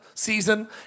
season